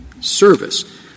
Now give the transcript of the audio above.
service